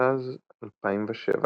התשס"ז 2007